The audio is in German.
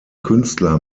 künstler